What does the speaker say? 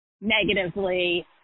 negatively